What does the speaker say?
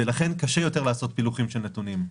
ולכן קשה יותר לעשות פילוחים של נתונים.